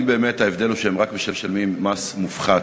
אם באמת ההבדל הוא שהם רק משלמים מס מופחת,